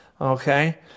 Okay